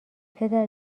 پدر